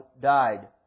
died